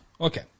Okay